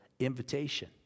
invitation